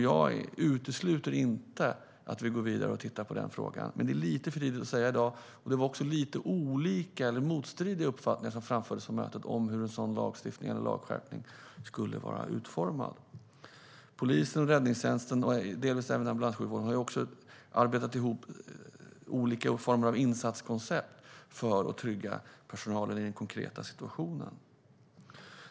Jag utesluter inte att vi går vidare och tittar på den frågan, men det är lite för tidigt att säga i dag. Vid mötet framfördes också lite motstridiga uppfattningar om hur en sådan lagstiftning eller lagskärpning skulle vara utformad. Polisen, räddningstjänsten och delvis också ambulanssjukvården har också arbetat ihop olika former av insatskoncept för att trygga personalen i den konkreta situationen.